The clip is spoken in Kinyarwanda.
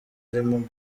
arimo